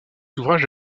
ouvrage